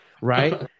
right